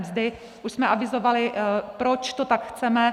Už jsme avizovali, proč to tak chceme.